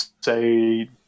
say